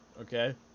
Okay